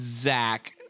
Zach